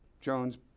Jones